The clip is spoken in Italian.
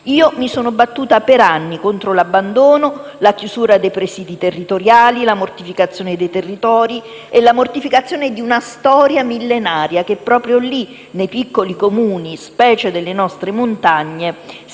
Io mi sono battuta per anni contro l'abbandono, la chiusura dei presidi territoriali, la mortificazione dei territori e la mortificazione di una storia millenaria, che proprio lì, nei piccoli Comuni, specie nelle nostre montagne, si concentra.